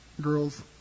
Girls